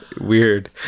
Weird